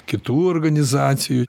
kitų organizacijų